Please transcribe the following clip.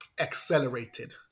accelerated